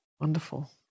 Wonderful